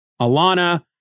Alana